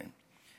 כן.